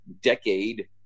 decade